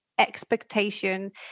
expectation